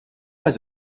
has